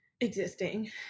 existing